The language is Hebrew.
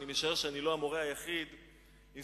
ואני משער שאני לא המורה היחיד שנהג כך,